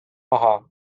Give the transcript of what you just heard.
paha